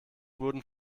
wurden